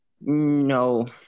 No